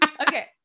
okay